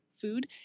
food